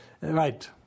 Right